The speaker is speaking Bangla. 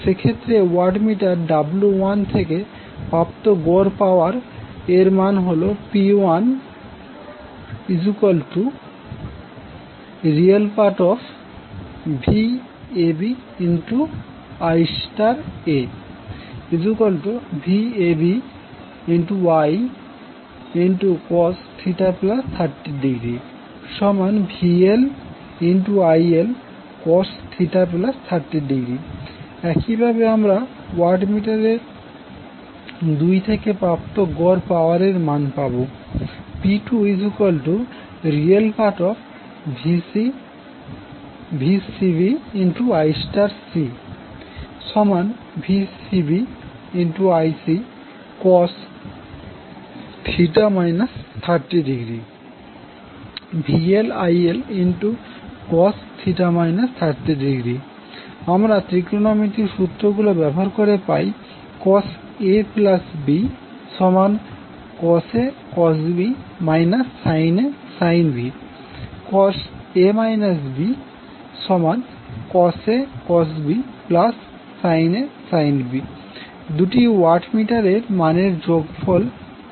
সেক্ষেত্রে ওয়াট মিটার W1থেকে প্রাপ্ত গড় পাওয়ার এর মান হল P1ReVabIaVabIacos 30° VLILcos 30° একই ভাবে আমরা ওয়াটমিটার 2 থেকে প্রাপ্ত গড় পাওয়ার এর মান পাবো P2ReVcbIcVcbIccos 30° VLILcos 30° আমরা ত্রিকোণমিতির সূত্র গুলি ব্যবহার করে পাই cos ABcos A cos B sin A sin B cos A Bcos A cos B sin A sin B দুটি ওয়াটমিটার এর মানের যোগফল এবং পার্থক্য নির্ণয় করবো